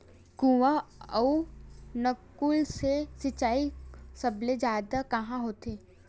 कुआं अउ नलकूप से सिंचाई सबले जादा कहां होथे?